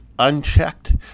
Unchecked